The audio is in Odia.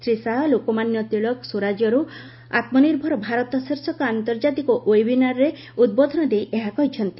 ଶ୍ରୀ ଶାହା 'ଲୋକମାନ୍ୟ ତିଳକ ସ୍ୱରାଜରୁ ଆତ୍ମନିର୍ଭର ଭାରତ' ଶୀର୍ଷକ ଆନ୍ତର୍ଜାତିକ ଓ୍ୱେବିନାର୍ରେ ଉଦ୍ବୋଧନ ଦେଇ ଏହା କହିଛନ୍ତି